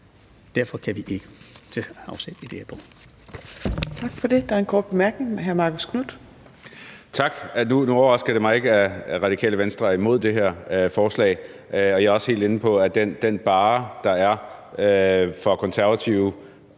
Derfor kan vi ikke